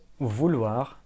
vouloir